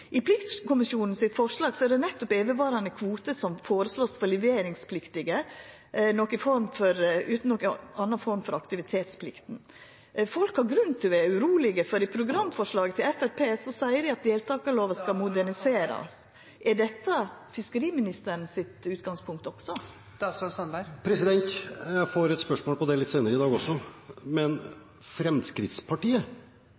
I forslaget frå pliktkommisjonen er det nettopp evigvarande kvotar for leveringspliktige trålarar som vert føreslått, utan noka anna form for aktivitetsplikt. Folk har grunn til å vera urolege, for i programforslaget til Framstegspartiet seier dei at deltakarlova skal moderniserast. Er dette òg utgangspunktet til fiskeriministeren? Jeg får et spørsmål om dette litt senere i dag også.